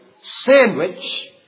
sandwich